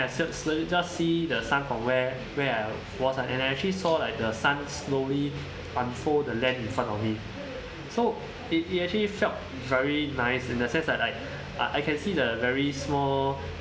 I still see just see the sun from where where I was and I actually saw like the sun slowly unfold the land in front of me so it it actually felt very nice in the sense that like I can see the very small